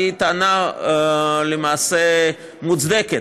והיא למעשה טענה מוצדקת,